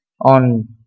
on